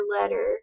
letter